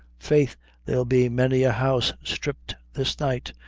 faith there'll be many a house stripped this night.